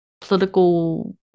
political